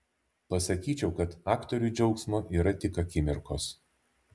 pasakyčiau kad aktoriui džiaugsmo yra tik akimirkos